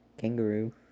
kangaroo